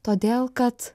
todėl kad